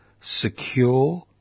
secure